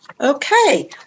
Okay